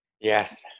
Yes